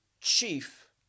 chief